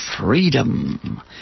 freedom